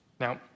Now